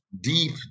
deep